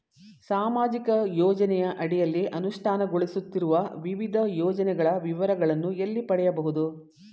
ಸಾಮಾಜಿಕ ಯೋಜನೆಯ ಅಡಿಯಲ್ಲಿ ಅನುಷ್ಠಾನಗೊಳಿಸುತ್ತಿರುವ ವಿವಿಧ ಯೋಜನೆಗಳ ವಿವರಗಳನ್ನು ಎಲ್ಲಿ ಪಡೆಯಬಹುದು?